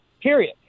period